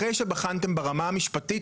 אחרי שבחנתם ברמה המשפטית,